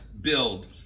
build